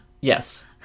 Yes